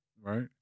Right